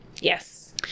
Yes